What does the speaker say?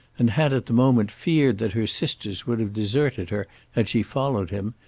and had at the moment feared that her sisters would have deserted her had she followed him,